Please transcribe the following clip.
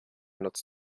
nutzt